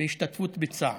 והשתתפות בצער.